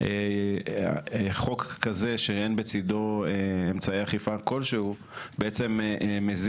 חוק כזה שאין בצידו אמצעי אכיפה כלשהם מזיק